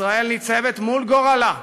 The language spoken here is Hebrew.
ישראל ניצבת מול גורלה,